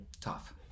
tough